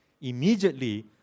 Immediately